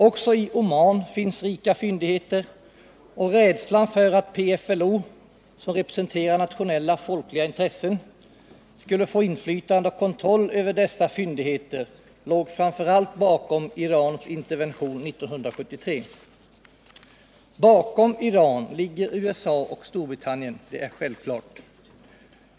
Också i Oman finns det rika fyndigheter, och det var framför allt rädslan för att PFLO — som representerar nationella, folkliga intressen — skulle få inflytande och kontroll över dessa fyndigheter som låg bakom Irans intervention 1973. Bakom Iran står USA och Storbritannien — det är självklart.